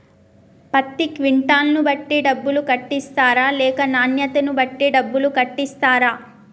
పత్తి క్వింటాల్ ను బట్టి డబ్బులు కట్టిస్తరా లేక నాణ్యతను బట్టి డబ్బులు కట్టిస్తారా?